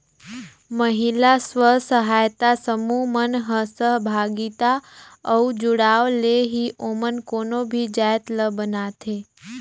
महिला स्व सहायता समूह मन ह सहभागिता अउ जुड़ाव ले ही ओमन कोनो भी जाएत ल बनाथे